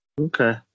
okay